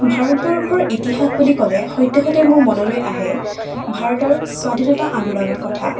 ভাৰতবৰ্ষৰ ইতিহাস বুলি ক'লে সদ্যহতে মোৰ মনলৈ আহে ভাৰতৰ স্বাধীনতা আন্দোলনৰ কথা